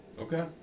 Okay